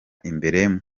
imbere